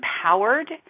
empowered